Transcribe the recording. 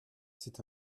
c’est